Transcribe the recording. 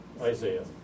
Isaiah